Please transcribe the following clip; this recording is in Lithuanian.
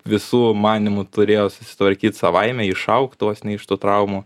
visų manymu turėjo susitvarkyt savaime išaugt vos ne iš tų traumų